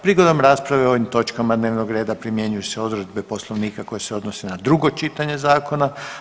Prigodom rasprave o ovim točkama dnevnog reda primjenjuju se odredbe Poslovnika koje se odnose na drugo čitanje zakona.